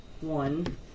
One